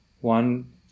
one